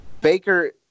Baker